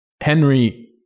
Henry